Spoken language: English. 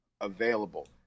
available